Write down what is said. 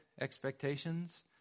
expectations